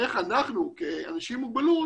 איך אנחנו כאנשים עם מוגבלות,